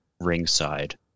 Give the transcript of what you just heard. ringside